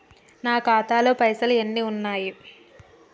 నా ఖాతాలో పైసలు ఎన్ని ఉన్నాయి?